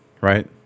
right